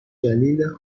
دلیل